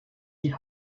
die